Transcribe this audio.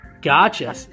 Gotcha